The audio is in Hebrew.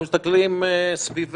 אנחנו מסתכלים סביבנו,